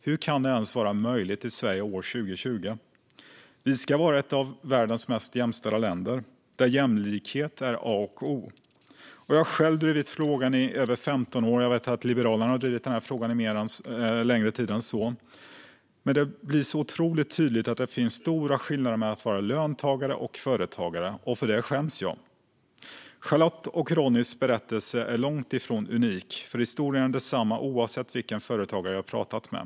Hur kan det ens vara möjligt i Sverige år 2020? Vi ska vara ett av världens mest jämställda länder, där jämlikhet är A och O. Jag har själv drivit frågan i över 15 år. Liberalerna har drivit frågan längre än så. Men det blir otroligt tydligt att det finns stora skillnader mellan att vara löntagare och företagare. För det skäms jag. Charlottes och Ronnies berättelse är långt ifrån unik. Historierna är desamma, oavsett vilken företagare jag har pratat med.